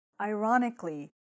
Ironically